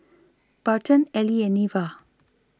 Barton Ely and Neva